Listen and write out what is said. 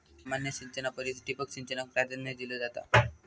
सामान्य सिंचना परिस ठिबक सिंचनाक प्राधान्य दिलो जाता